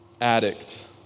addict